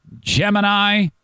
Gemini